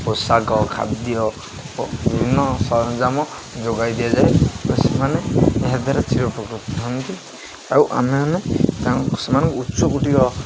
ପୋଷାକ ଖାଦ୍ୟ ବିଭିନ୍ନ ସରଞ୍ଜାମ ଯୋଗାଇ ଦିଆଯାଏ ଓ ସେମାନେ ଏହାଦାରା ଚିରଉପକୃତ ଥାନ୍ତି ଆଉ ଆମେ ମାନେ ସେମାନେ ଉଚ୍ଚକୋଟୀର